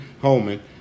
Holman